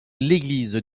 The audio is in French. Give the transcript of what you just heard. l’église